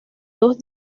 dos